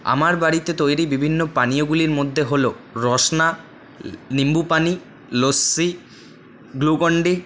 আমার বাড়িতে তৈরি বিভিন্ন পানীয়গুলির মধ্যে হলো রসনা নিম্বু পানি লস্যি গ্লুকন্ডি